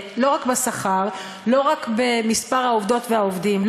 לא רק במספר העובדות והעובדים,